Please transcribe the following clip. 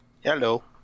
Hello